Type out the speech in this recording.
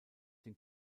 den